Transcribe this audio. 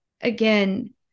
again